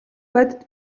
бодит